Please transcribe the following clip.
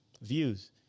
Views